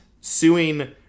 suing